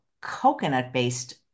coconut-based